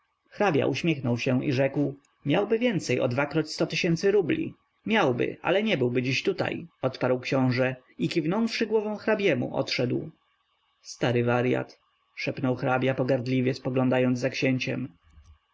hrabia uśmiechnął się i rzekł miałby więcej o dwakroćstotysięcy rubli miałby ale nie byłby dziś tutaj odparł książe i kiwnąwszy głową hrabiemu odszedł stary waryat szepnął hrabia pogardliwie spoglądając za księciem